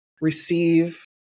receive